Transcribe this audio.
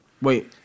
Wait